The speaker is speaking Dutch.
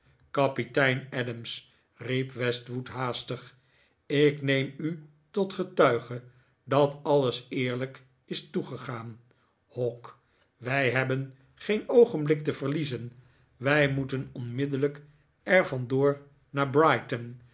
kapitein adams riep westwood haastig ik neem u tot getuige dat alles eerlijk is toegegaan hawk wij hebben geen oogenblik te verliezen wij moeten onmiddellijk er vandoor naar brighton